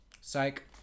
Psych